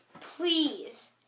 Please